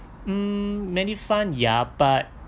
mm medifund ya but